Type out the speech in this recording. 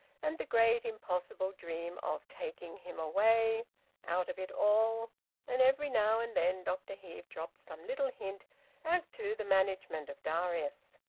and the great, impossible dream of taking him away out of it all and every now and then dr heve dropped some little hint as to the management of darius.